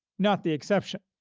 not the exception.